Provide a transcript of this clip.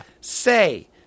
say